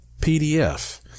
PDF